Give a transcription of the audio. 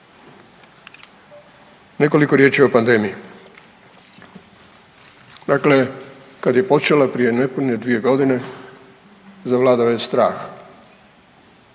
Nekoliko riječi o pandemiji. Dakle, kad je počela prije nepune 2 godine zavladao je strah